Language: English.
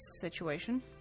situation